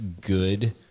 good